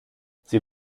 sie